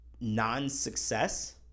non-success